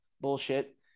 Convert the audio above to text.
bullshit